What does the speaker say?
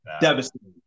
Devastating